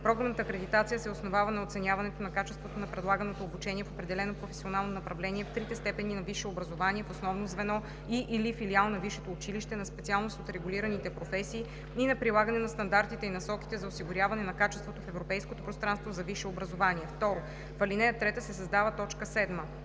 Програмната акредитация се основава на оценяването на качеството на предлаганото обучение в определено професионално направление в трите степени на висше образование в основно звено и/или филиал на висшето училище, на специалност от регулираните професии и на прилагане на стандартите и насоките за осигуряване на качеството в европейското пространство за висше образование.“ 2. В ал. 3 се създава т. 7: „7.